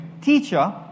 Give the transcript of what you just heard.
Teacher